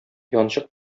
янчык